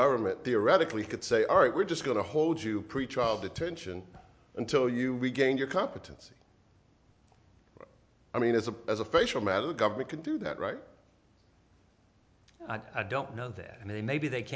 government theoretically could say all right we're just going to hold you pretrial detention until you regain your competency i mean as a as a facial matter the government can do that right i don't know that and they maybe they